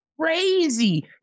Crazy